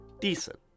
decent